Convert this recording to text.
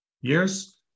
years